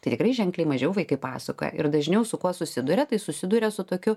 tai tikrai ženkliai mažiau vaikai pasakoja ir dažniau su kuo susiduria tai susiduria su tokiu